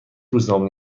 روزنامه